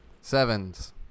sevens